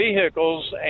vehicles